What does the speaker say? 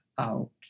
out